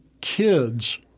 kids